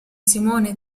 simone